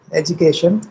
education